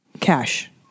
cash